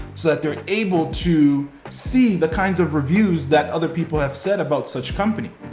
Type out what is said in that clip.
so that they're able to see the kinds of reviews that other people have said about such company,